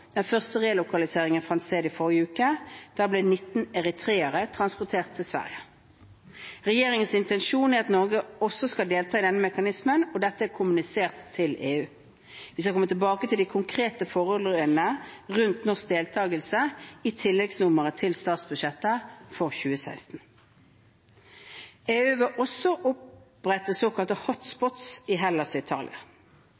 den første relokaliseringen fant sted i forrige uke, da 19 eritreere ble transportert til Sverige. Regjeringens intensjon er at Norge også skal delta i denne mekanismen, og dette er kommunisert til EU. Vi vil komme tilbake til de konkrete forholdene rundt norsk deltakelse i tilleggsnummeret til statsbudsjettet for 2016. EU vil også opprette såkalte «hot spots» i Hellas og Italia.